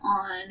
on